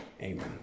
Amen